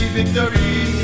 victory